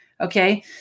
okay